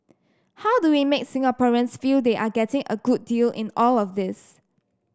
how do we make Singaporeans feel they are getting a good deal in all of this